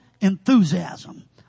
enthusiasm